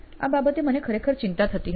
આ બાબતે મને ખરેખર ચિંતા થતી હતી